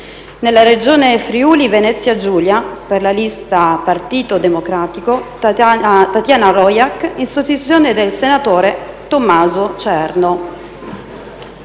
nella Regione Friuli-Venezia Giulia: per la lista «Partito democratico», Tatjana Rojc, in sostituzione del senatore Tommaso Cerno;